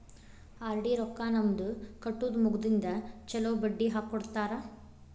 RD ರೊಕ್ಕಾ ನಮ್ದ ಕಟ್ಟುದ ಮುಗದಿಂದ ಚೊಲೋ ಬಡ್ಡಿ ಹಾಕ್ಕೊಡ್ತಾರ